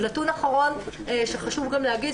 והנתון האחרון שחשוב גם להגיד,